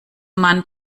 man